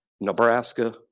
Nebraska